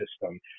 system